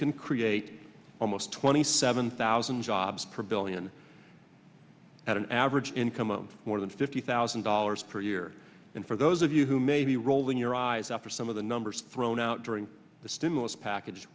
can create almost twenty seven thousand jobs per billion at an average income of more than fifty thousand dollars per year and for those of you who may be rolling your eyes out for some of the numbers thrown out during the stimulus package